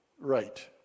right